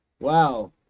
Wow